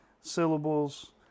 syllables